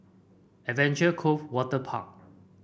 Adventure Cove Waterpark